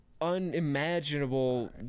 Unimaginable